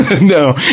No